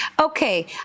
Okay